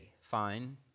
Fine